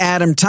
Adam